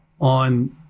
on